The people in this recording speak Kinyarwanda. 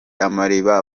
amariba